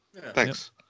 Thanks